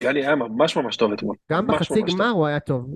גלי היה ממש ממש טוב אתמול. גם בחצי גמר הוא היה טוב.